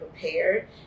prepared